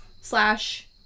slash